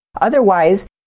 Otherwise